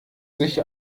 sich